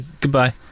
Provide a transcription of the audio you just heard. Goodbye